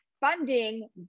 funding